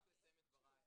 רק לסיים את דבריי.